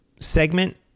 segment